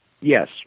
yes